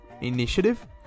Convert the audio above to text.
initiative